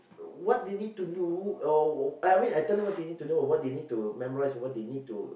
what they need to do or I I mean I tell them what they need to do or what they need to memorise what they need to